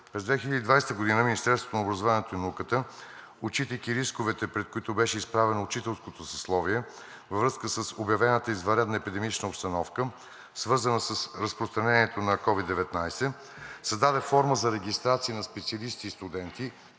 През 2020 г. Министерството на образованието и науката, отчитайки рисковете, пред които беше изправено учителското съсловие във връзка с обявената извънредна епидемична обстановка, свързана с разпространението на COVID-19, създаде форма за регистрация на специалисти и студенти